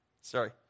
sorry